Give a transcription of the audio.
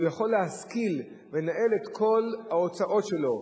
הוא יכול להשכיל ולנהל את כל ההוצאות שלו,